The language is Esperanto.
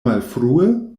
malfrue